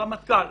הרמטכ"ל